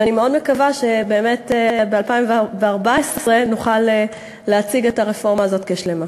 ואני מאוד מקווה שב-2014 נוכל להציג את הרפורמה הזאת כשלמה.